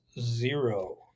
zero